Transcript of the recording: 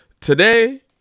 today